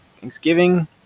Thanksgiving